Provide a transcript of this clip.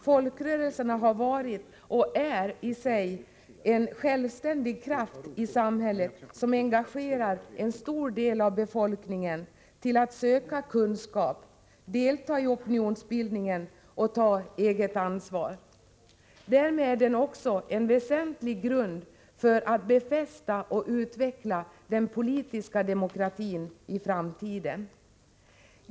Folkrörelserna har varit och är i sig en självständig kraft i samhället, som engagerar en stor del av befolkningen till att söka kunskap, delta i opinionsbildningen och ta eget ansvar. Därmed är de också en väsentlig grund för att befästa och utveckla den politiska demokratin i framtiden.